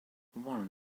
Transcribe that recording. one